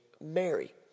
Mary